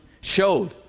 showed